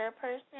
person